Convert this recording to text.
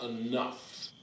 enough